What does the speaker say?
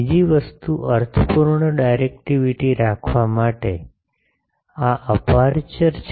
બીજી વસ્તુ અર્થપૂર્ણ ડાયરેક્ટિવિટી રાખવા માટે આ અપેરચ્યોર છે